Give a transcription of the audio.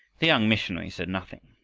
the young missionary said nothing.